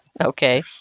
Okay